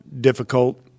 difficult